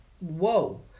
whoa